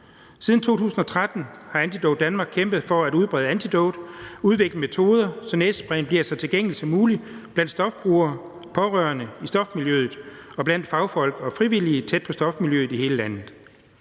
Siden 2013 har Antidote Danmark kæmpet for at udbrede antidot og har udviklet metoder, så næsesprayen bliver så tilgængelig som muligt blandt stofbrugere og pårørende i stofmiljøet og blandt fagfolk og frivillige tæt på stofmiljøet i hele landet.